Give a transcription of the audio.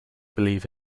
believe